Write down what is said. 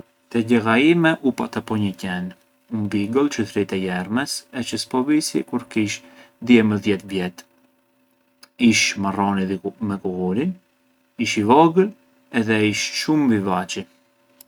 Te gjella ime u pata po një qenë, un beagle çë thërritej Ermes e çë spovisi kur kish dyemëdhjetë vjet, ish marroni me kullurin, ish i vogël e ish shumë vivaçi.